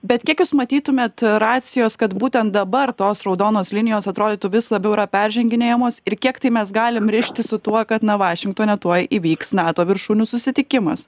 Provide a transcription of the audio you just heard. bet kiek jūs matytumėt racijos kad būtent dabar tos raudonos linijos atrodytų vis labiau yra perženginėjamos ir kiek tai mes galime rišti su tuo kad na vašingtone tuoj įvyks nato viršūnių susitikimas